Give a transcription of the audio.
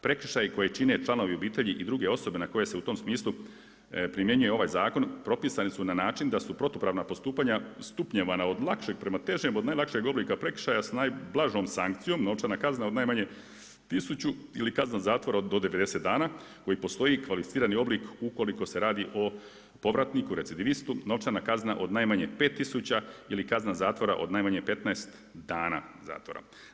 Prekršaji koje čine članovi obitelji i druge osobe na koje se u tom smislu primjenjuje ovaj zakon propisane su na način da su protupravna postupanja stupnjevana od lakšeg prema težem od najlakšeg oblika prekršaja sa najblažom sankcijom novčana kazna od najmanje tisuću ili kazna zatvora do 90 dana koji postoji kvalificirani obliku ukoliko se radi o povratniku recidivistu, novčana kazna od najmanje pet tisuća ili kazna zatvora od najmanje 15 dana zatvora.